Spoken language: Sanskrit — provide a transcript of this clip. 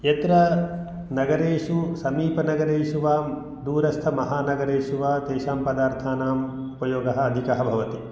यत्र नगरेषु समीपनगरेषु वां दूरस्थमहानगरेषु वा तेषां पदार्थानां उपयोगः अधिकः भवति